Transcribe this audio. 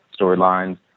storylines